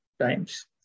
times